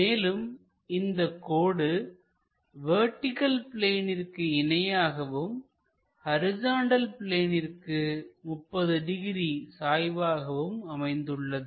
மேலும் இந்தக் கோடு வெர்டிகள் பிளேனிற்கு இணையாகவும் ஹரிசாண்டல் பிளேனிற்கு 30 டிகிரி சாய்வாகவும் அமைந்துள்ளது